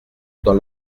dans